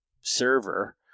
server